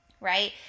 right